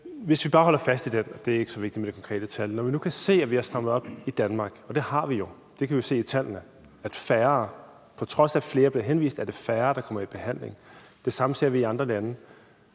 lad os bare holder fast i det. Det er ikke så vigtigt med det konkrete tal. Vi kan nu se, at vi har strammet op i Danmark. Det har vi jo. Det kan vi se på tallene. På trods af at flere bliver henvist, er det færre, der kommer i behandling. Det samme ser vi i andre lande.